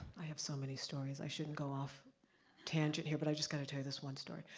i have so many stories, i shouldn't go off tangent here, but i just gotta tell you this one story.